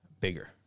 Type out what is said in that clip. bigger